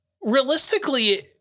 realistically